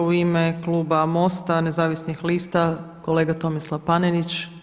U ime kluba MOST-a Nezavisnih lista kolega Tomislav Panenić.